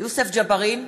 יוסף ג'בארין,